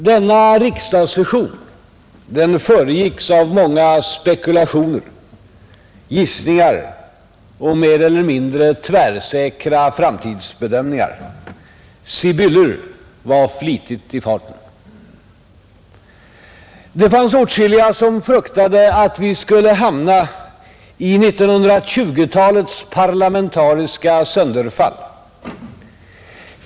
Denna riksdagssession föregicks av många spekulationer, gissningar och mer eller mindre tvärsäkra framtidsbedömningar. Sibyllor var flitigt i farten, Det fanns åtskilliga som fruktade att vi skulle hamna i 1920-talets parlamentariska sönderfall.